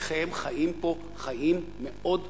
כי הם חיים פה חיים מאוד קשים,